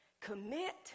Commit